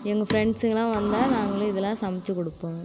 எங்கள் ஃப்ரெண்ட்ஸுங்கெலாம் வந்தால் நாங்களும் இதெல்லாம் சமைத்து கொடுப்போம்